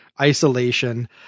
isolation